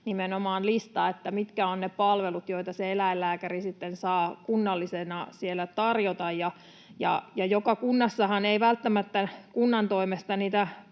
nimenomaan listaa siitä, mitkä ovat ne palvelut, joita se eläinlääkäri sitten saa kunnallisena siellä tarjota. Joka kunnassahan ei välttämättä kunnan toimesta